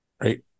right